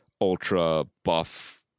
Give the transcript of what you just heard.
ultra-buff